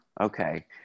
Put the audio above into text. Okay